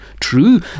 True